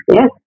Yes